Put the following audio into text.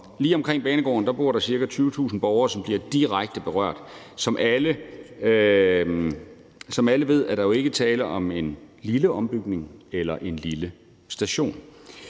lige omkring banegården bor der ca. 20.000 borgere, som bliver direkte berørt. Som alle ved, er der jo ikke tale om en lille ombygning eller en lille station.